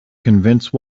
convince